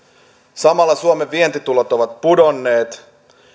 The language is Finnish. samalla suomen vientitulot ovat pudonneet